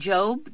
Job